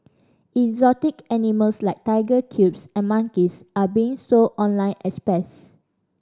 exotic animals like tiger cubs and monkeys are being sold online as pets